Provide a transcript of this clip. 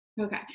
Okay